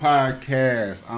Podcast